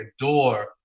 adore